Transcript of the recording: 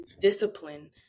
discipline